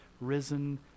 risen